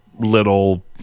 Little